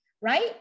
right